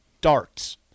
darts